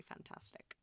Fantastic